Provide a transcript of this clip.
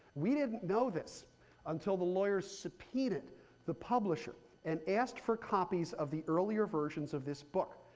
we didn't know this until the lawyers subpoenaed the publisher and asked for copies of the earlier versions of this book.